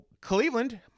Cleveland